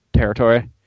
territory